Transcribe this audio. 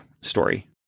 story